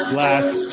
last